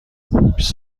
بیست